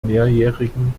mehrjährigen